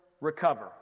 recover